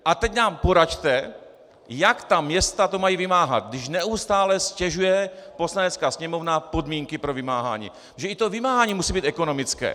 A teď nám poraďte, jak ta města to mají vymáhat, když neustále ztěžuje Poslanecká sněmovna podmínky pro vymáhání, protože i to vymáhání musí být ekonomické!